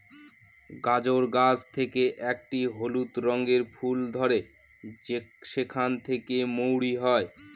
গাজর গাছ থেকে একটি হলুদ রঙের ফুল ধরে সেখান থেকে মৌরি হয়